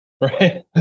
Right